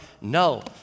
No